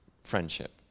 friendship